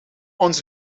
ons